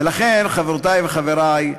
ולכן, חברותי וחברי,